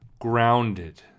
grounded